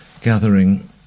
gathering